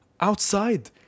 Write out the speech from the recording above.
Outside